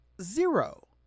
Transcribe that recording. zero